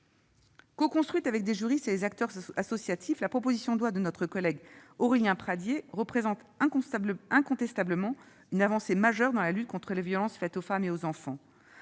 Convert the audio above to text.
Coconstruite avec des juristes et les acteurs associatifs, la proposition de loi d'Aurélien Pradié représente incontestablement une avancée majeure dans la lutte contre les violences faites aux femmes et aux enfants.